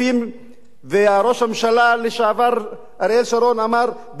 וראש הממשלה לשעבר אריאל שרון אמר: בלתי מורשים,